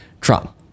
Trump